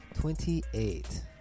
Twenty-eight